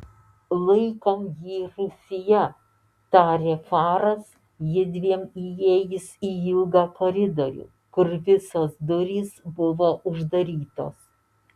laikom jį rūsyje tarė faras jiedviem įėjus į ilgą koridorių kur visos durys buvo uždarytos